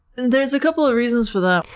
there's a couple of reasons for that.